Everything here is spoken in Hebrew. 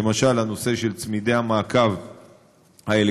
למשל הנושא של צמידי מעקב אלקטרוניים